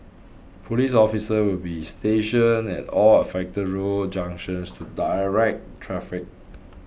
police officers will be stationed at all affected road junctions to direct traffic